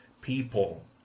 people